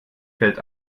fällt